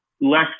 less